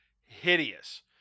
hideous